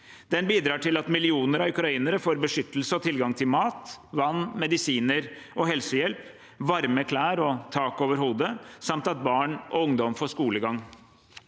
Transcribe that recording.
Den bidrar til at millioner av ukrainere får beskyttelse og tilgang til mat, vann, medisiner og helsehjelp, varme klær og tak over hodet, samt at barn og ungdom får skolegang.